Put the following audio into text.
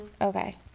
Okay